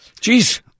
Jeez